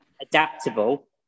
adaptable